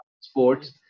sports